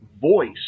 voice